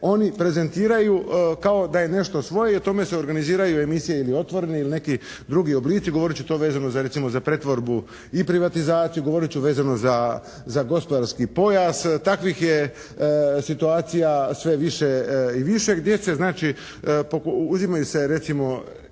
oni prezentiraju kao da je nešto svoje i o tome se organiziraju emisije ili otvoreni ili neki drugi oblici. Govorit ću to vezano za recimo za pretvorbu i privatizaciju, govorit ću vezano za gospodarski pojas. Takvih je situacija sve više gdje se znači uzimaju se recimo